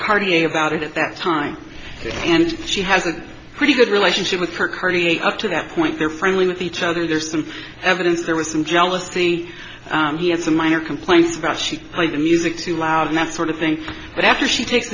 party about it at that time and she has a pretty good relationship with her cardie up to that point they're friendly with each other there's some evidence there was some jealousy he had some minor complaints about she played the music too loud and that sort of thing but after she take